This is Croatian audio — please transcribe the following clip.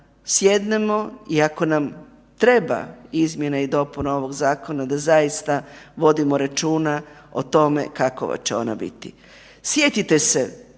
sjednemo i ako nam treba izmjena i dopuna ovoga zakona da zaista vodimo računa o tome kakva će ona biti. Sjetite se,